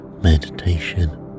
Meditation